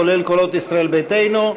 כולל קולות ישראל ביתנו,